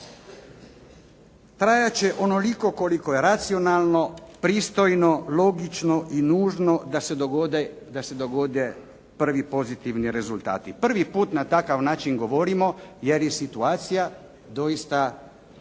trajat će onoliko koliko je racionalno, pristojno, logično i nužno da se dogode prvi pozitivni rezultati. Prvi put na takav način govorimo jer je situacija doista